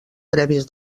prèvies